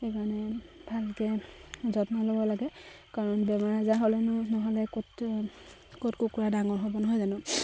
সেইকাৰণে ভালকে যত্ন ল'ব লাগে কাৰণ বেমাৰ আজাৰ হ'লেনো নহ'লে ক'ত ক'ত কুকুৰা ডাঙৰ হ'ব নহয় জানো